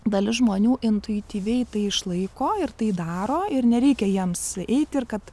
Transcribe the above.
dalis žmonių intuityviai tai išlaiko ir tai daro ir nereikia jiems eiti ir kad